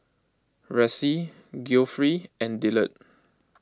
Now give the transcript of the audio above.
Ressie Geoffrey and Dillard